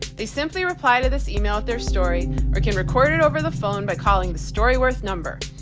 they simply reply to this email with their story or can record it over the phone by calling the story worth number.